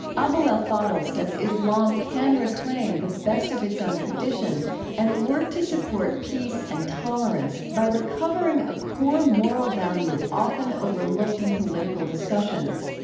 abou el fadl says islam can reclaim the best of its own tradition and work to support peace and tolerance by recovering its ah core moral value often overlooked in political discussions.